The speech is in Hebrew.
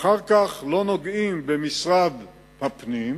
אחר כך לא נוגעים במשרד הפנים.